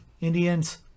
Indians